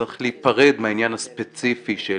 צריך להיפרד מהעניין הספציפי של